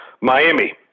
Miami